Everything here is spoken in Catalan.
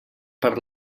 per